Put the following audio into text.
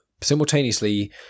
simultaneously